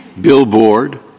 billboard